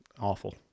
Awful